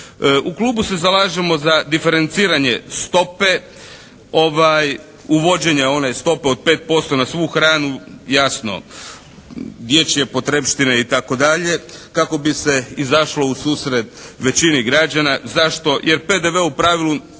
U klubu se zalažemo za diferenciranje stope, uvođenja one stope od 5% na svu hranu jasno dječje potrepštine itd. kako bi se izašlo u susret većini građana. Zašto?